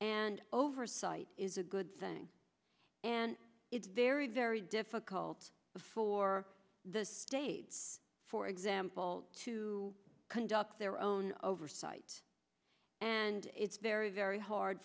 and oversight is a good thing and it's very very difficult for the states for example to conduct their own oversight and it's very very hard